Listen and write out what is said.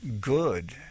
good